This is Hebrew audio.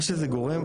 מה שזה גורם,